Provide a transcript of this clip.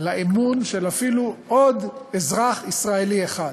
לאמון של אפילו עוד אזרח ישראלי אחד.